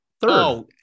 third